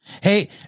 Hey